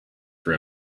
for